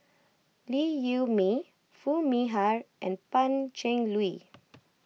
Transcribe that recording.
Liew Wee Mee Foo Mee Har and Pan Cheng Lui